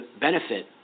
benefit